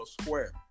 square